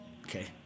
Okay